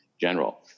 general